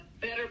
better